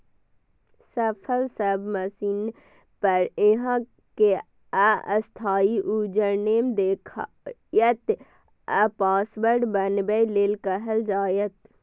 सफल सबमिशन पर अहां कें अस्थायी यूजरनेम देखायत आ पासवर्ड बनबै लेल कहल जायत